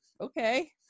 okay